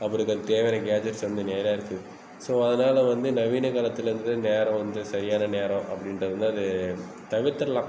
அவர்களுக்கு தேவையான கேட்ஜெட்ஸ் வந்து நேராக இருக்குது ஸோ அதனால வந்து நவீன காலத்தில் வந்து நேரம் வந்து சரியான நேரம் அப்படின்றது வந்து அது தவிர்துடலாம்